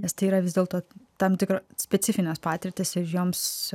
nes tai yra vis dėlto tam tikra specifinės patirtys ir joms